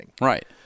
Right